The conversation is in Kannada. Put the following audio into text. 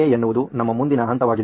ಎನ್ನುವುದು ನಮ್ಮ ಮುಂದಿನ ಹಂತವಾಗಿದೆ